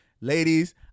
ladies